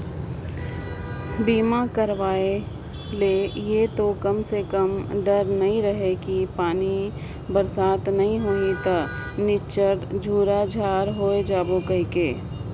बीमा करवाय जे ये तो कम से कम डर नइ रहें कि पानी बरसात नइ होही त निच्चर झूरा झार होय जाबो कहिके